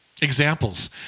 examples